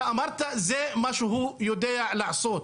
אתה אמרת: זה מה שהוא יודע לעשות.